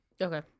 Okay